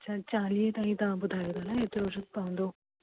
अच्छा चालीह ताईं त तव्हां ॿुधायो न हेतिरो अघु पोंदो